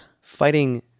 fighting